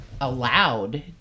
allowed